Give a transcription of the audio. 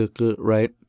right